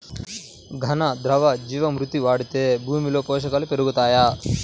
ఘన, ద్రవ జీవా మృతి వాడితే భూమిలో పోషకాలు పెరుగుతాయా?